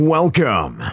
Welcome